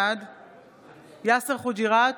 בעד יאסר חוג'יראת,